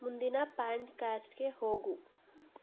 ಮುಂದಿನ ಪ್ಯಾಂಟ್ಕ್ಯಾಸ್ಟ್ಗೆ ಹೋಗು